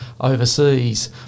overseas